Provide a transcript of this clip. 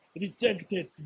rejected